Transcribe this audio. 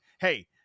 hey